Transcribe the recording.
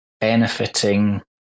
benefiting